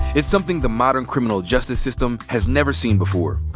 it's something the modern criminal justice system has never seen before.